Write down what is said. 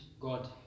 God